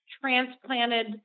transplanted